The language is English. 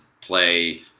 play